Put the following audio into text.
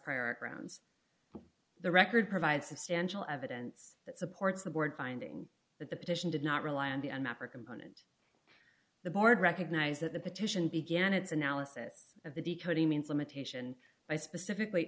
prior aground the record provide substantial evidence that supports the board finding that the petition did not rely on the map or component the board recognize that the petition began its analysis of the decoding means limitation by specifically